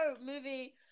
movie